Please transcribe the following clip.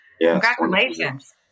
Congratulations